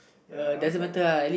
ya